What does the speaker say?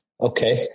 Okay